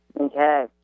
Okay